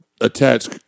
attach